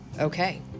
Okay